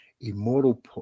Immortal